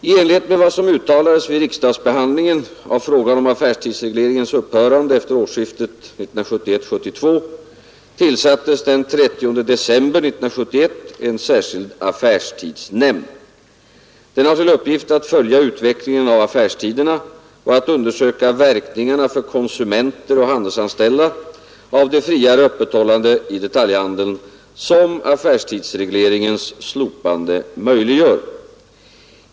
I enlighet med vad som uttalades vid riksdagsbehandlingen av frågan om affärstidsregleringens upphörande efter årsskiftet 1971—1972 tillsattes den 30 december 1971 en särskild affärstidsnämnd. Den har till uppgift att följa utvecklingen av affärstiderna och att undersöka verkningarna för konsumenter och handelsanställda av det friare öppethållande i detaljhandeln, som affärstidsregleringens slopande möjliggör.